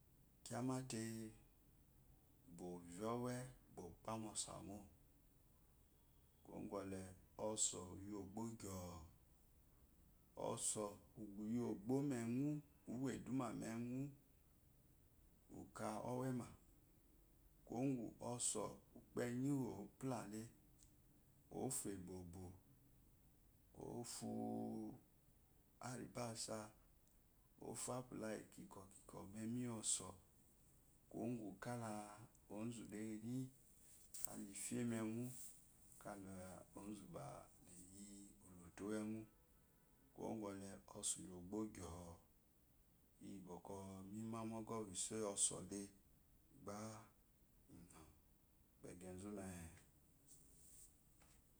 Kyamate bo vye owe bwo kpk noso kumo gole oso uyi ogbo gyoo oso ugbu yi ogbo me enyu uwedum me ennyu uka owema kumo gu oso ukpenyi woplale ofo ebobo ofuabasa ofu aula ukikwo ikiwo memi yoso kumo gu kala onzu arime enye kala ufe mengu kala ba ozu la eyi oloto wo enyu kuwa kwɔle ozo uyi ogbo gyoo iyi bwɔkwɔ mime uggo yi iso yosolle gba inyeng wu gba gba zuma.